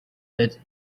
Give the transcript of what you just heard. that